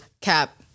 cap